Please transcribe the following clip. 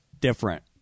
different